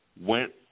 went